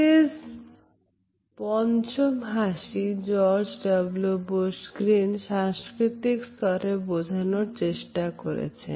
Allan Pease পঞ্চম হাসি George W Bush Grin সাংস্কৃতিক স্তরে বোঝানোর চেষ্টা করেছেন